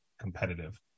competitive